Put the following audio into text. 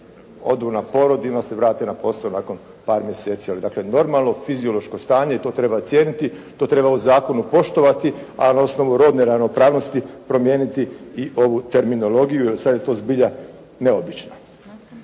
Odu na porod i onda se vrate na posao nakon par mjeseci. Ali dakle normalno fiziološko stanje i to treba cijeniti. To treba u zakonu poštovati. A na osnovu rodne ravnopravnosti promijeniti i ovu terminologiju jer sad je to zbilja neobično.